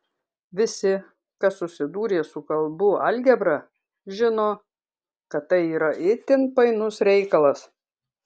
visi kas susidūrę su kalbų algebra žino kad tai yra itin painus reikalas